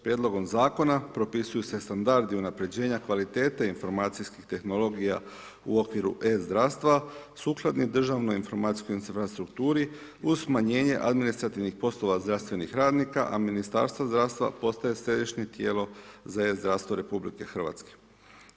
Prijedlogom zakona propisuju se standardi unapređenja kvalitete informacijskih tehnologija u okviru e-zdravstva sukladni državnoj informacijskoj infrastrukturi uz smanjenje administrativnih poslova zdravstvenih radnika, a Ministarstvo zdravstva postaje središnje tijelo za e-zdravstvo Republike Hrvatske.